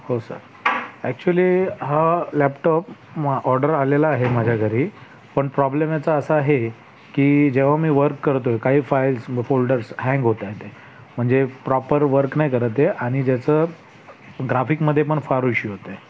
हो sir actually हा laptop मा ऑर्डर आलेला आहे माझ्या घरी पण प्रॉब्लेम याचा असा आहे की जेव्हा मी वर्क करतो आहे काही फाइल्स फोल्डर्स हँग होत आहेत म्हणजे प्रॉपर वर्क नाही करत आहे आणि ज्याचं ग्राफिकमध्ये पण फार इशू होतो आहे